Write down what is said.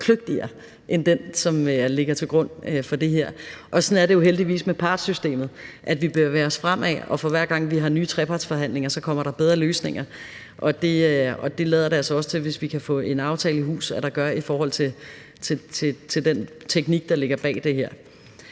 kløgtigere end den, som ligger til grund for det her. Sådan er det jo heldigvis med partssystemet: Vi bevæger os fremad, og for hver gang vi har nye trepartsforhandlinger, kommer der bedre løsninger. Og det lader det altså også til, hvis vi kan få en aftale i hus, at der gør i forhold til den teknik, der ligger bag det her.